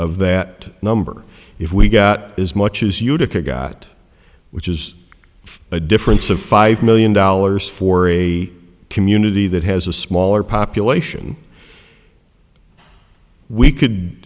of that number if we got as much as utica got which is a difference of five million dollars for a community that has a smaller population we c